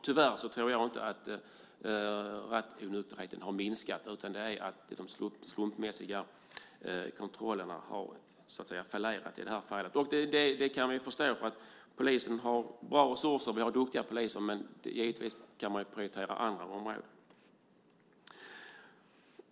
Tyvärr tror inte jag att rattonykterheten har minskat, utan det beror på att de slumpmässiga kontrollerna har fallerat i det här fallet. Det kan vi förstå. Polisen har bra resurser, och vi har duktiga poliser. Men givetvis kan man prioritera andra områden.